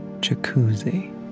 jacuzzi